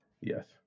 Yes